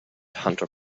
hunter